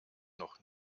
noch